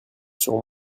sur